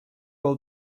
old